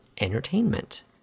Entertainment